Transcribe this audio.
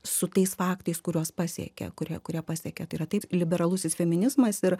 su tais faktais kuriuos pasiekia kurie kurie pasiekė tai yra taip liberalusis feminizmas ir